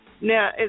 Now